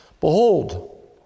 Behold